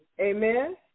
Amen